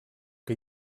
que